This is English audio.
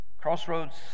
Crossroads